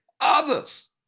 others